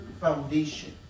foundation